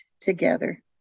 together